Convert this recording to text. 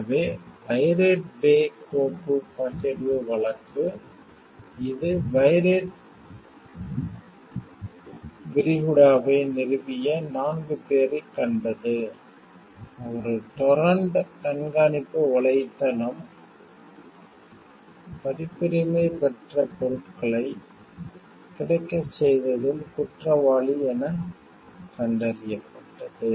எனவே pirate bay கோப்பு பகிர்வு வழக்கு இது பைரேட் விரிகுடாவை நிறுவிய நான்கு பேரைக் கண்டது ஒரு டொரண்ட் கண்காணிப்பு வலைத்தளம் பதிப்புரிமை பெற்ற பொருட்களை கிடைக்கச் செய்ததில் குற்றவாளி எனக் கண்டறியப்பட்டது